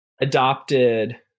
adopted